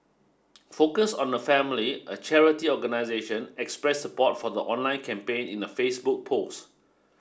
focus on the family a charity organisation expressed support for the online campaign in a Facebook post